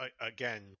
again